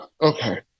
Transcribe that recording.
Okay